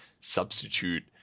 substitute